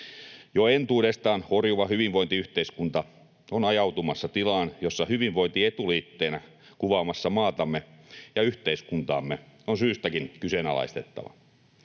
Jo entuudestaan horjuva hyvinvointiyhteiskunta on ajautumassa tilaan, jossa hyvinvointi etuliitteenä kuvaamassa maatamme ja yhteiskuntaamme on syystäkin kyseenalaistettava.